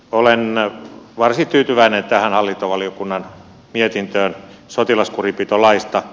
olen varsin tyytyväinen tähän hallintovaliokunnan mietintöön sotilaskurinpitolaista